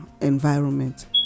environment